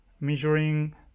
measuring